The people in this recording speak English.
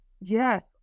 Yes